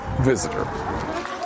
visitor